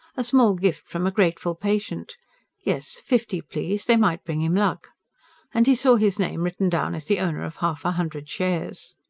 a small gift from a grateful patient yes, fifty, please they might bring him luck and he saw his name written down as the owner of half a hundred shares.